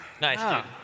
nice